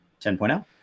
10.0